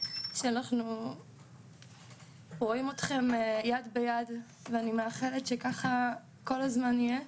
שאנחנו רואים אתכם יד ביד ואני מאחלת שככה כל הזמן יהיה,